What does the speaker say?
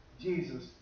Jesus